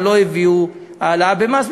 אבל לא הביאו העלאה במס,